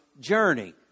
journey